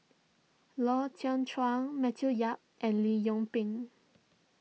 Lau Teng Chuan Matthew Yap and Lee Yoon Pin